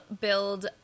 build